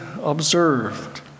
observed